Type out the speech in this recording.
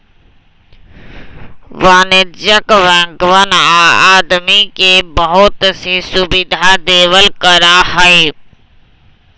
वाणिज्यिक बैंकवन आदमी के बहुत सी सुविधा देवल करा हई